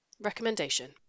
Recommendation